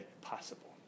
possible